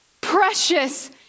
precious